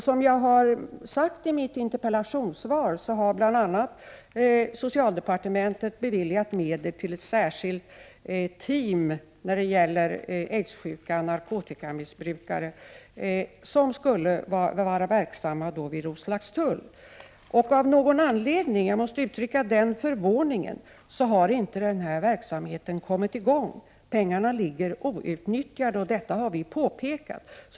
Som jag har sagt i mitt interpellationssvar har socialdepartementet bl.a. beviljat medel till ett särskilt team på Roslagstulls sjukhus för aidssjuka narkotikamissbrukare. Av någon anledning — jag måste uttrycka min förvåning — har denna verksamhet inte kommit i gång, och pengarna ligger outnyttjade, vilket vi har påpekat.